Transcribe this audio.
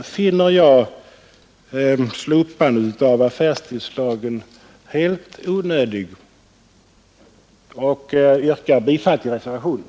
Jag finner därför, herr talman, slopandet av affärstidslagen helt onödigt och yrkar bifall till reservationen.